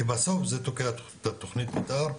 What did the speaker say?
כי בסוף זה תוקע את התוכנית מתאר,